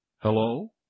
Hello